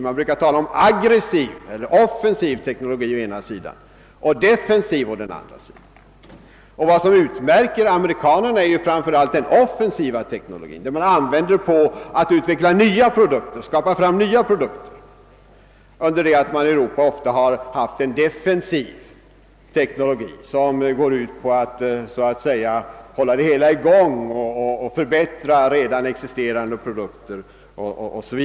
Man brukar tala om offensiv teknologi å ena sidan och defensiv å den andra sidan. Amerikanerna använder framför allt den offensiva teknologin som innebär att de utvecklar och försöker på marknaden få ut nya produkter, under det att man i Europa ofta tillämpar en defensiv teknologi som går ut på att så att säga hålla det hela i gång och förbättra redan existerande produkter 0. s. v.